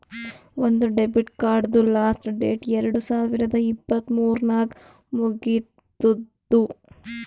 ನಂದ್ ಡೆಬಿಟ್ ಕಾರ್ಡ್ದು last date ಎರಡು ಸಾವಿರದ ಇಪ್ಪತ್ ಮೂರ್ ನಾಗ್ ಮುಗಿತ್ತುದ್